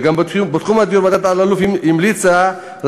בתחום הדיור ועדת אלאלוף המליצה על